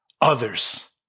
others